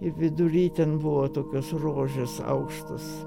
ir vidury ten buvo tokios rožės aukštos